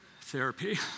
therapy